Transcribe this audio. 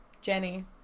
Jenny